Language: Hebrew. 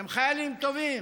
הם חיילים טובים.